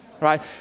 right